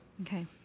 Okay